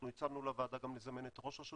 אנחנו הצענו לוועדה לזמן את ראש רשות